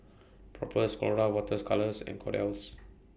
Propass Colora Water's Colours and Kordel's